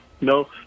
No